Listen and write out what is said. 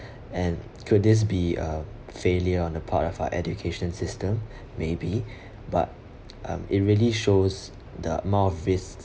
and could this be a failure on the part of our education system maybe but um it really shows the more risk